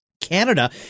Canada